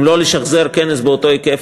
אם לא לשחזר כנס באותו היקף,